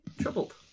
troubled